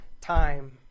time